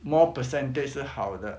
more percentage 是好的